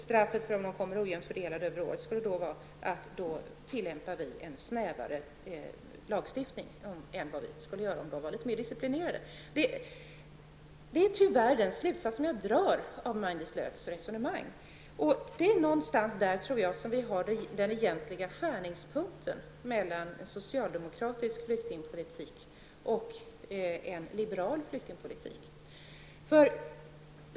Straffet för att de kommer ojämt fördelade över året skulle bli att vi då tillämpar en snävare lagstiftning än om de hade varit mera disciplinerade. Detta är den slutsats som jag tvingas dra av Maj-Lis Lööws resonemang. Det är någonstans där som vi har den egentliga skärningspunkten mellan en socialdemokratisk flyktingpolitik och en liberal flyktingpolitik.